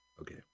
Okay